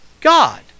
God